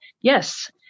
yes